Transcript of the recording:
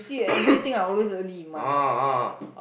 oh oh